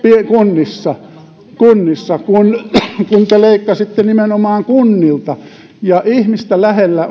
kunnissa kunnissa kun kun te leikkasitte nimenomaan kunnilta ihmistä lähellä